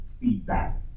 feedback